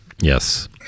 yes